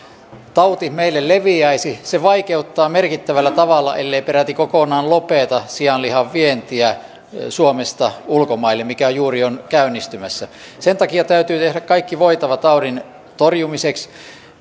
tauti meille leviäisi se vaikeuttaisi merkittävällä tavalla ellei peräti kokonaan lopeta sianlihan vientiä suomesta ulkomaille mikä juuri on käynnistymässä sen takia täytyy tehdä kaikki voitava taudin torjumiseksi